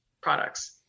products